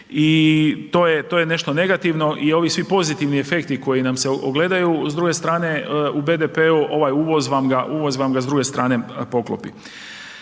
I to je nešto negativno i ovi svi pozitivni efekti koji nam se ogledaju s druge strane u BDP-u ovaj uvoz vam ga, uvoz vam ga s druge strane poklopi.